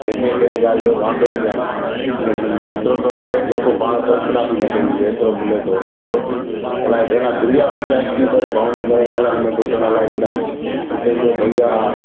कंहिंखे कंहिं ॻाल्हि जो वांधो ई कोन्हे हीअं सम्झो एतिरो थो मिले जेको पाण कलपना बि न कई हुजे एतिरो मिले थो हुते रोज इलाही घणा दुनिया भर जा स्टीमर हुते भावनगर में टुटण लाइ ईंदा आहिनि हुते उहे भइया